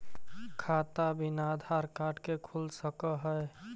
खाता बिना आधार कार्ड के खुल सक है?